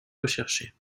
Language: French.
recherchés